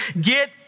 get